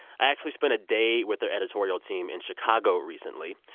actually spent a day with their editorial team in chicago recently.